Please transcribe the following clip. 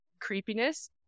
creepiness